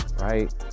right